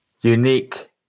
Unique